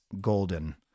Golden